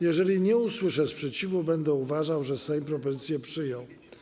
Jeżeli nie usłyszę sprzeciwu, będę uważał, że Sejm propozycję przyjął.